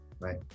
right